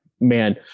man